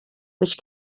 which